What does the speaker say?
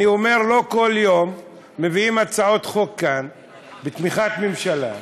אני אומר שלא כל יום מביאים כאן הצעות חוק מהאופוזיציה בתמיכת הממשלה,